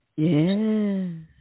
Yes